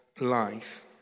life